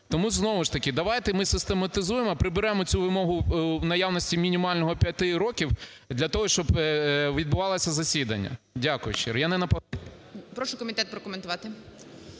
Тому знову ж таки, давайте ми систематизуємо, приберемо цю вимогу в наявності мінімального 5 років для того, щоб відбувалося засідання. Дякую.